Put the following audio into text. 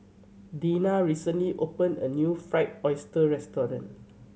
Dena recently opened a new Fried Oyster restaurant